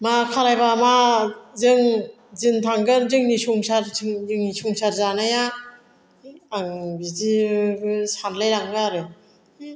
मा खालामबा माजों दिन थांगोन जोंनि संसार जोंनि संसार जानाया आं बिदि सानलायलाङो आरो